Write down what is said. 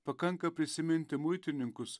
pakanka prisiminti muitininkus